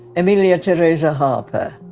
amelia tereza harper.